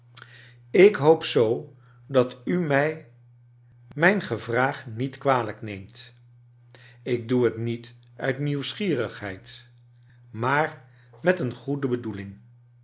ik hoop zoo dat u mij mijn gevraag niet kwalijk neemt ik doe het niet uit nieuwsgierigheid maar met een goede bedoeling